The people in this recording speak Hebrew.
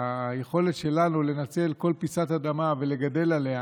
היכולת שלנו לנצל כל פיסת אדמה ולגדל עליה,